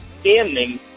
standing